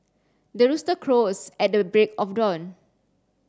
the rooster crows at the break of dawn